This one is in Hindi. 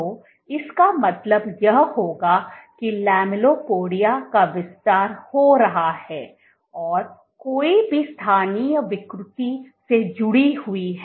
तो इसका मतलब यह होगा कि लैमेलिपोडिया का विस्तार हो रहा है और कोई भी स्थानीय विकृति से जुड़ी हुई है